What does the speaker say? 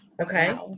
Okay